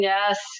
Yes